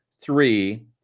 three